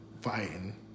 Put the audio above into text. fighting